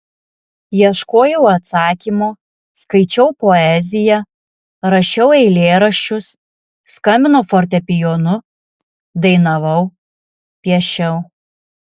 ieškojau atsakymo skaičiau poeziją rašiau eilėraščius skambinau fortepijonu dainavau piešiau